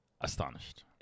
astonished